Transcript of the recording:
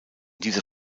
dieser